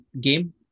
game